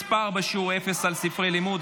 מס בשיעור אפס על ספרי לימוד),